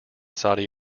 saudi